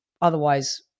otherwise